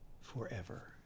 forever